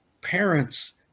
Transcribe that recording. parents